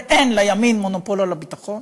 ואין לימין מונופול על הביטחון.